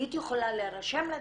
היית יכולה להירשם לדיון,